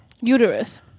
uterus